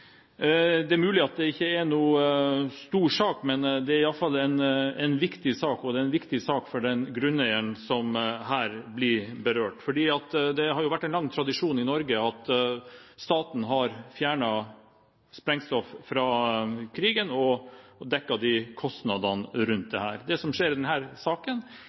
Det er mulig at det ikke er noen stor sak, men det er iallfall en viktig sak, og det er en viktig sak for den grunneieren som her blir berørt. Det har vært en lang tradisjon i Norge for at staten har fjernet sprengstoff fra krigen og dekket kostnadene rundt det. Det som skjer i denne saken, er at politimesteren i Tromsø forlanger at den